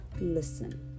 Listen